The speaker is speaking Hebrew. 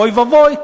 אוי ואבוי,